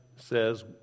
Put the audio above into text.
says